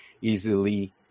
easily